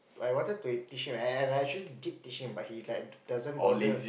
I wanted to teach him and I actually did teach him but he like doesn't bother